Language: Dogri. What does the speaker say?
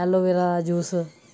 ऐलोवेरा दा जूस